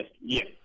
yes